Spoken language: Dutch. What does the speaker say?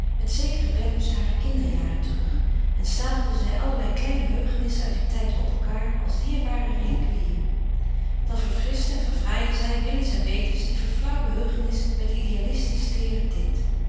met zekeren wellust hare kinderjaren terug en stapelde zij allerlei kleine heugenissen uit dien tijd op elkaâr als dierbare reliquieën dan verfrischte en verfraaide zij willens en wetens die verflauwde heugenissen met idealistisch teêre tint